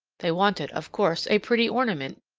they wanted, of course, a pretty ornament,